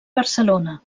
barcelona